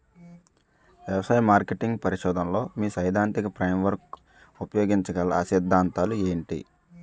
వ్యవసాయ మార్కెటింగ్ పరిశోధనలో మీ సైదాంతిక ఫ్రేమ్వర్క్ ఉపయోగించగల అ సిద్ధాంతాలు ఏంటి?